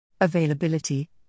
Availability